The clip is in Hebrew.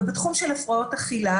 בתחום של הפרעות אכילה,